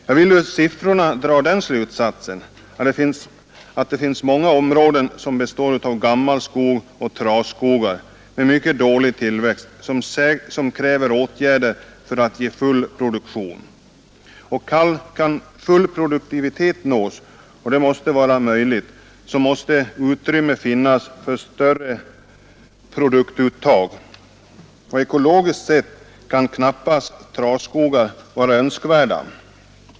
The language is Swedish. Jag vill ur siffrorna dra den slutsatsen att det finns många områden som består av gammal skog och trasskogar med mycket dålig tillväxt som kräver åtgärder för att ge full produktion. Kan full produktivitet nås — och det skall vara möjligt — så måste utrymme finnas för större produktuttag. Ekologiskt sett kan knappast trasskogar vara önskvärda.